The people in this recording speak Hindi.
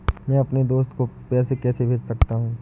मैं अपने दोस्त को पैसे कैसे भेज सकता हूँ?